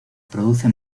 produce